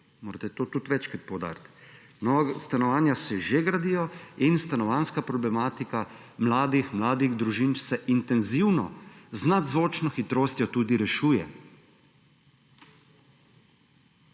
morate to tudi večkrat poudariti. Nova stanovanja se že gradijo in stanovanjska problematika mladih, mladih družin, se intenzivno, z nadzvočno hitrostjo tudi rešuje.